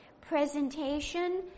presentation